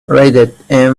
rated